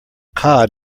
cod